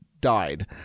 died